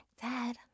Dad